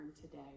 today